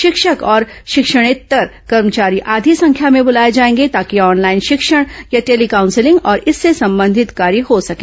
शिक्षक और शिक्षणेत्तर कर्मचारी आधी संख्या में बुलाए जाएंगे ताकि ऑनलाइन शिक्षण या टेली काउसिलिंग और इससे संबंधित कार्य हो सके